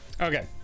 Okay